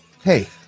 Hey